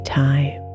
time